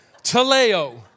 Taleo